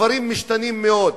הדברים משתנים מאוד,